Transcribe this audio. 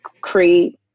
create